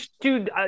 dude